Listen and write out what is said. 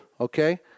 Okay